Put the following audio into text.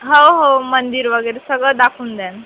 हो हो मंदिर वगैरे सगळं दाखवून द्याल